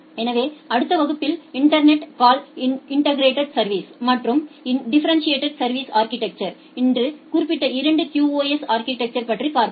எனவே அடுத்த வகுப்பில் இன்டர்நெட் கால் இன்டெகிரெட் சேவை மற்றும் டிஃபரன்ஸியேடட் சா்விஸ் அா்கிடெக்சா் இன்று குறிப்பிட்ட2 QoS அா்கிடெக்சரை பற்றி பார்ப்போம்